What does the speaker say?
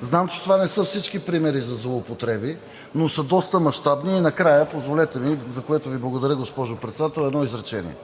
Знам, че това не са всички примери за злоупотреби, но са доста мащабни. И накрая, позволете ми, за което Ви благодаря, госпожо Председател, едно изречение.